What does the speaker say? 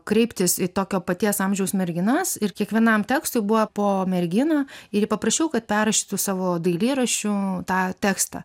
kreiptis į tokio paties amžiaus merginas ir kiekvienam tekstui buvo po merginą ir paprašiau kad perrašytų savo dailyraščiu tą tekstą